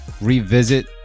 revisit